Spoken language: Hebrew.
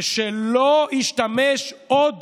ושלא ישתמש עוד